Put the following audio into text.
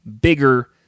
bigger